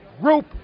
Rope